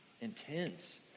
intense